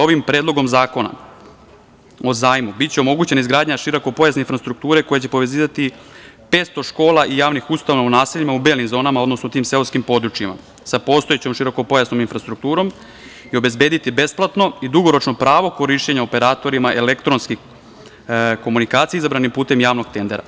Ovim Predlogom zakona o zajmu biće omogućena izgradnja širokopojasne infrastrukture koja će povezivati 500 škola i javnih ustanova u naseljima u belim zonama, odnosno tim seoskim područjima sa postojećom širokopojasnom infrastrukturom i obezbediti besplatno i dugoročno pravo korišćenja operatorima elektronskih komunikacija izabranih putem javnog tendera.